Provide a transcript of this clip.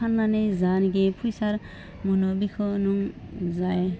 फान्नानै जायनाखि फैसा मोनो बेखौ नों जाय